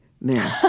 men